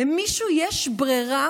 למישהו יש ברירה